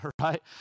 right